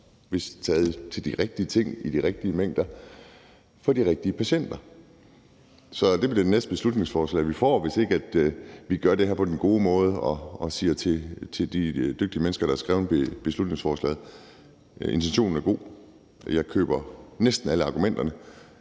bliver taget til de rigtige ting, i de rigtige mængder og for de rigtige patienter. Det bliver det næste beslutningsforslag, vi får, hvis ikke vi gør det her på den gode måde med det, vi siger til de dygtige mennesker, der har skrevet beslutningsforslaget. Intentionen er god. Jeg køber næsten alle argumenterne,